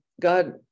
God